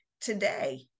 today